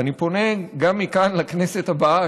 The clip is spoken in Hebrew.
ואני פונה גם מכאן לכנסת הבאה,